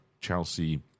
chelsea